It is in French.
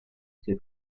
ses